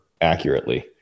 accurately